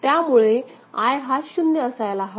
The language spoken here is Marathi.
त्यामुळे I हा शून्य असायला हवा